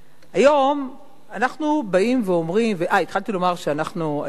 היום אנחנו באים ואומרים, אה, התחלתי לומר שהיום